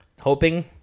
hoping